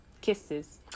kisses